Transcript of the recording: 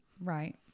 Right